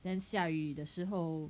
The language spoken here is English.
then 下雨的时候